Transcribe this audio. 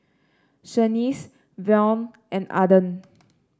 Shaniece Vaughn and Arden